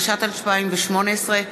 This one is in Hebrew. התשע"ט 2018,